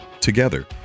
together